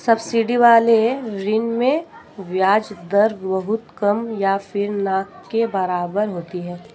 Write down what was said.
subsidy वाले ऋण में ब्याज दर बहुत कम या फिर ना के बराबर होती है